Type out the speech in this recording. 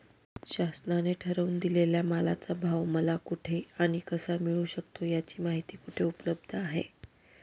शासनाने ठरवून दिलेल्या मालाचा भाव मला कुठे आणि कसा मिळू शकतो? याची माहिती कुठे उपलब्ध आहे?